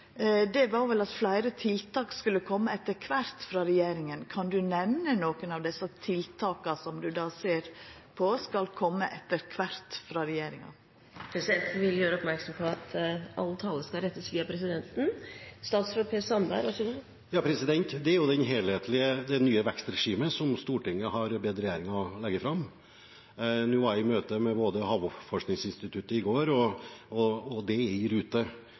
var vel at fleire tiltak etter kvart skulle koma frå regjeringa. Kan du nemna nokre av desse tiltaka som du ser på, som etter kvart skal koma frå regjeringa? Presidenten vil gjøre oppmerksom på at all tale skal gå via presidenten. Det er jo det nye vekstregimet, som Stortinget har bedt regjeringen legge fram. Nå var jeg i møte med Havforskningsinstituttet i går, og det er i rute.